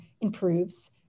improves